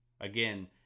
Again